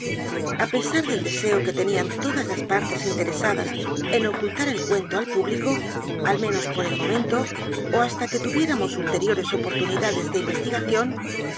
a pesar del deseo que tenían todas las partes interesad a s en ocultar el cuento al público al menos por ej momento ó hasta que tuviéramos ulteriores oportunid a d e s de investigación